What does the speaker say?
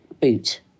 boot